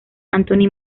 anthony